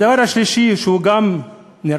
הדבר השלישי, שהוא גם נראה,